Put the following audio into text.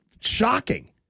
shocking